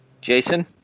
Jason